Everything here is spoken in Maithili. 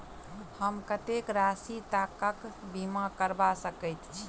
हम कत्तेक राशि तकक बीमा करबा सकैत छी?